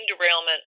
derailment